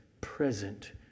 present